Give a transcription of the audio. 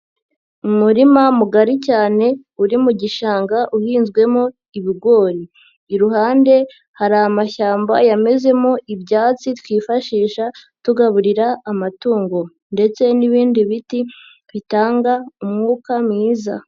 Umurima mugari cyane uri mu gishanga uhinzwemo ibigori, iruhande hari amashyamba yamezemo ibyatsi twifashisha tugaburira amatungo ndetse n'ibindi biti bitanga umwuka mwiza.